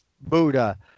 Buddha